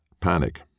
panic